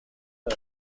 her